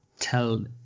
tell